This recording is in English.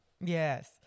Yes